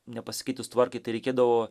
nepasikeitus tvarkai tai reikėdavo